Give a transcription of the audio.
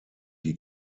die